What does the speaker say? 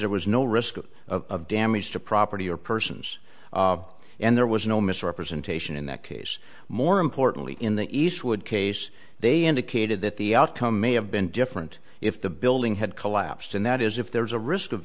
there was no risk of damage to property or persons and there was no misrepresentation in that case more importantly in the east would case they indicated that the outcome may have been different if the building had collapsed and that is if there was a risk of